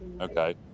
Okay